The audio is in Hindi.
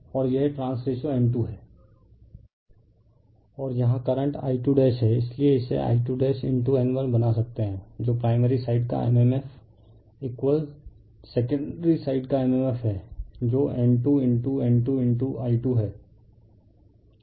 रिफर स्लाइड टाइम 2524 और यहाँ करेंट I2 है इसलिए इसे I2N1 बना सकते हैं जो प्राइमरी साइड का mmf इक्वल सेकेंडरी साइड का mmf है जो N2N2I2 है